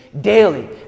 Daily